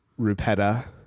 rupetta